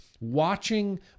watching